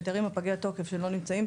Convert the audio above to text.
היתרים פגי התוקף שלא נמצאים,